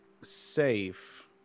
safe